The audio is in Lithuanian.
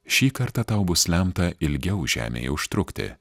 šį kartą tau bus lemta ilgiau žemėje užtrukti